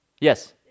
yes